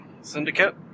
Syndicate